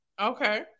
Okay